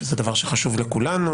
דבר שחשוב לכולנו,